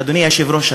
אדוני היושב-ראש,